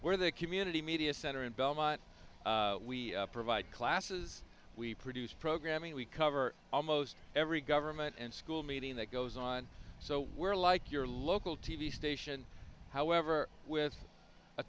where the community media center in belmont we provide classes we produce programming we cover almost every government and school meeting that goes on so we're like your local t v station however with a